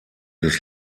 des